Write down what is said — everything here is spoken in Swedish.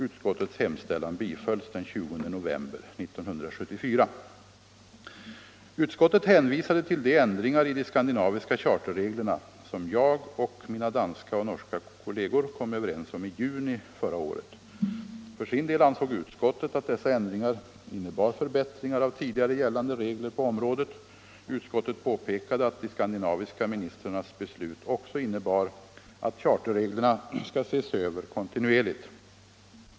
Utskottets hemställan bifölls den 20 november 1974. Utskottet hänvisade till de ändringar i de skandinaviska charterreglerna som jag och mina danska och norska kolleger kom överens om i juni förra året. För sin del ansåg utskottet att dessa ändringar innebar förbättringar av tidigare gällande regler på området. Utskottet påpekade att de skandinaviska ministrarnas beslut också innebar att charterreglerna skall ses över kontinuerligt.